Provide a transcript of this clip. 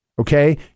okay